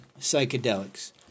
psychedelics